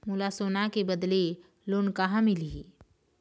मोला सोना के बदले लोन कहां मिलही?